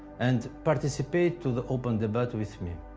and participate to the open debate with me.